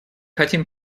хотим